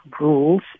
rules